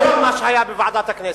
היום, מה שהיה בוועדת הכנסת.